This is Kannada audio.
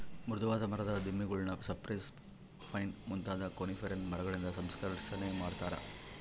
ಮೃದುವಾದ ಮರದ ದಿಮ್ಮಿಗುಳ್ನ ಸೈಪ್ರೆಸ್, ಪೈನ್ ಮುಂತಾದ ಕೋನಿಫೆರಸ್ ಮರಗಳಿಂದ ಸಂಸ್ಕರಿಸನೆ ಮಾಡತಾರ